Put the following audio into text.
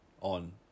on